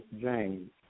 James